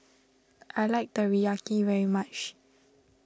I like Teriyaki very much